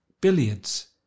Billiards